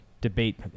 debate